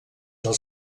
del